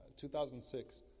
2006